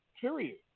Period